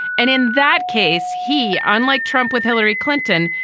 and in that case, he, unlike trump with hillary clinton,